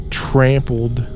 trampled